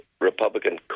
Republican